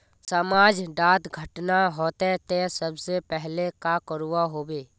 समाज डात घटना होते ते सबसे पहले का करवा होबे?